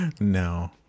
No